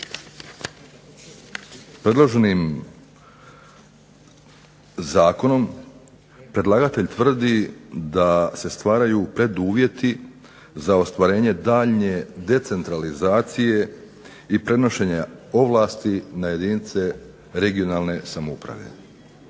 predloženim zakonom predlagatelj tvrdi da se stvaraju preduvjeti za ostvarenje daljnje decentralizacije i prenošenja ovlasti na jedinice regionalne samouprave